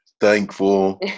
thankful